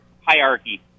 hierarchy